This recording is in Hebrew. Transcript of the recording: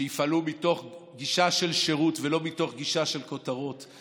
שיפעלו מתוך גישה של שירות ולא מתוך גישה של כותרות,